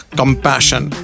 compassion